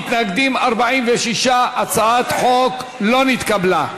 מתנגדים, 46. הצעת החוק לא נתקבלה.